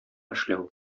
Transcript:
эшләү